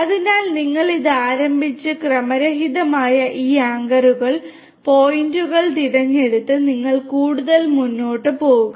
അതിനാൽ നിങ്ങൾ ഇത് ആരംഭിച്ച് ക്രമരഹിതമായി ഈ ആങ്കറുകൾ പോയിന്റുകൾ തിരഞ്ഞെടുത്ത് നിങ്ങൾ കൂടുതൽ മുന്നോട്ട് പോകുക